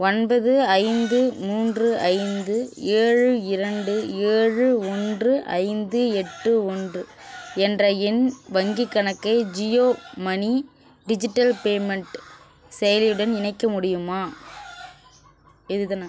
ஒன்பது ஐந்து மூன்று ஐந்து ஏழு இரண்டு ஏழு ஒன்று ஐந்து எட்டு ஒன்று என்ற என் வங்கிக் கணக்கை ஜியோ மணி டிஜிட்டல் பேமெண்ட் செயலியுடன் இணைக்க முடியுமா இதுதானே